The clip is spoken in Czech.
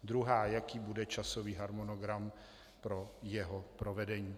Druhá jaký bude časový harmonogram pro jeho provedení?